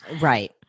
Right